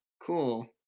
Cool